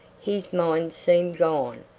his mind seemed gone,